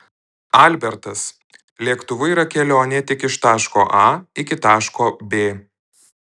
albertas lėktuvu yra kelionė tik iš taško a iki taško b